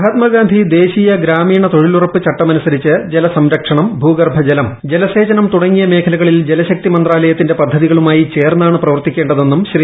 മഹാത്മാഗാന്ധി ദേശീയ ഗ്രാമീണ തൊഴിലുറപ്പ് ചട്ടമുമ്പൂസ്കൃരിച്ച് ജലസംരക്ഷണം ഭൂഗർഭ ജലം ജലസേചനം തുടങ്ങിയ ്മേഖ്ച്കളിൽ ജലശക്തി മന്ത്രാലയത്തിന്റെ പദ്ധതികളുമായി ചേർന്നാണ് പ്രവർത്തിക്കേ ണ്ടതെന്നും ശ്രീ